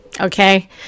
okay